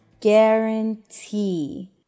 guarantee